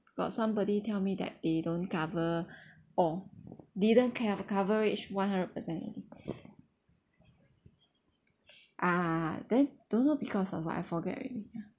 got somebody tell me that they don't cover all didn't ca~ coverage one hundred percent ah then don't know because of what I forget already ya